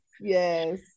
Yes